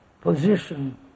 position